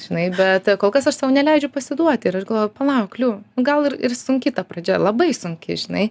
žinai bet kol kas aš sau neleidžiu pasiduoti ir aš galvoju palauk liu gal ir sunki ta pradžia labai sunki žinai